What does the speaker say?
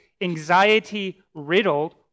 anxiety-riddled